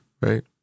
right